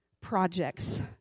projects